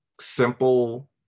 simple